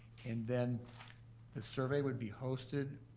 and then the survey would be hosted